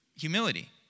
Humility